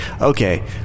okay